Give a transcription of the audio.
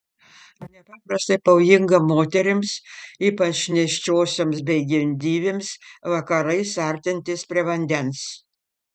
nepaprastai pavojinga moterims ypač nėščiosioms bei gimdyvėms vakarais artintis prie vandens